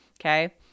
Okay